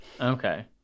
Okay